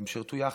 הם שירתו יחד.